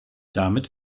damit